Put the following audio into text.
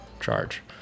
charge